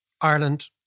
Ireland